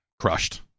crushed